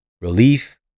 Relief